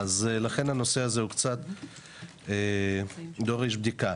לכן הנושא הזה דורש בדיקה.